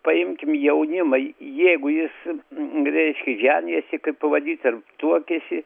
paimkim jaunimą jeigu jis reiškia ženijasi kaip pavadyt ar tuokiasi